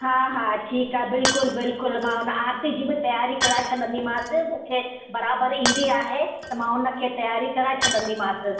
हा हा ठीकु आहे बिल्कुलु बिल्कुलु मां उन आरती जी बि तयारी कराए छॾंदीमास मूंखे बराबरि ईंदी आहे त मां उनखे तयारी कराए छॾंदीमास